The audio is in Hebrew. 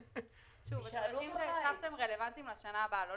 הצרכים שהצפתם רלוונטיים לשנה הבאה, לא